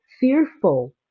fearful